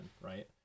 right